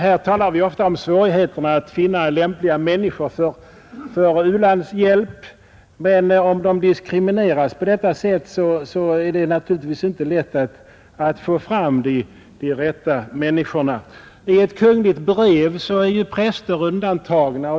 Här talar vi ofta om svårigheterna att finna lämpliga människor för u-landshjälp, men om de diskrimineras på detta sätt är det naturligtvis inte lätt att stimulera de rätta människorna till tjänstgöring.